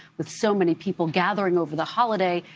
with so many people gathering over the holiday,